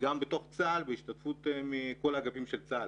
וגם בהשתתפות כל האגפים של צה"ל,